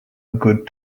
good